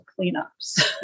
cleanups